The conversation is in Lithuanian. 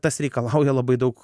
tas reikalauja labai daug